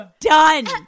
done